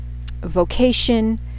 vocation